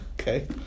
okay